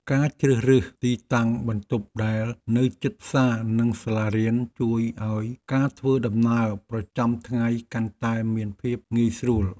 ការជ្រើសរើសទីតាំងបន្ទប់ដែលនៅជិតផ្សារនិងសាលារៀនជួយឱ្យការធ្វើដំណើរប្រចាំថ្ងៃកាន់តែមានភាពងាយស្រួល។